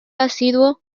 asiduo